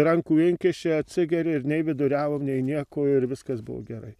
rankų inkiši atsigeri ir nei viduriavom nei nieko ir viskas buvo gerai